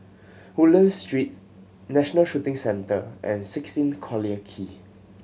Woodlands Street National Shooting Centre and sixteen Collyer Quay